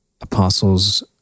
apostles